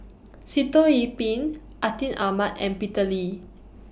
Sitoh Yih Pin Atin Amat and Peter Lee